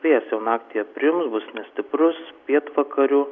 vėjas jau naktį aprims bus nestiprus pietvakarių